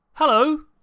Hello